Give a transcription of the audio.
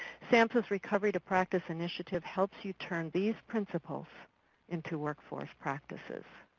samsha's recovery to practice initiative helps you turn these principles into workforce practices.